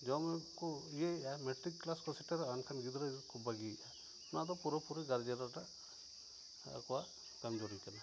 ᱡᱚᱢᱼᱧᱩᱠᱚ ᱤᱭᱟᱹᱭᱮᱫᱼᱟ matric class ᱠᱚ ᱥᱮᱴᱮᱨᱚᱜᱼᱟ ᱮᱱᱠᱷᱟᱱ ᱜᱤᱫᱽᱨᱟᱹ ᱠᱚᱠᱚ ᱵᱟᱹᱜᱤᱭᱮᱫᱼᱟ ᱱᱚᱣᱟᱫᱚ ᱯᱩᱨᱟᱹᱯᱩᱨᱤ ᱜᱟᱨᱡᱮᱱᱟᱜ ᱟᱠᱚᱣᱟᱜ ᱠᱚᱢᱡᱩᱨᱤ ᱠᱟᱱᱟ